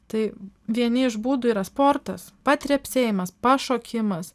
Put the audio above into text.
tai vieni iš būdų yra sportas patrepsėjimas pašokimas